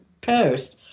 Post